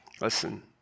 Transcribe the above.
Listen